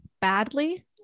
badly